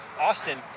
Austin